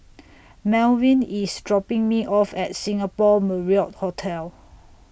Malvin IS dropping Me off At Singapore Marriott Hotel